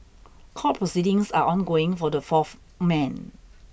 court proceedings are ongoing for the fourth men